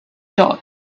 dots